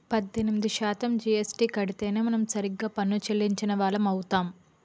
పద్దెనిమిది శాతం జీఎస్టీ కడితేనే మనం సరిగ్గా పన్ను చెల్లించిన వాళ్లం అవుతాం